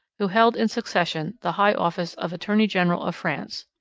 who held in succession the high office of attorney-general of france.